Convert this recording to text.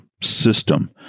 system